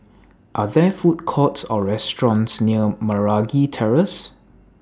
Are There Food Courts Or restaurants near Meragi Terrace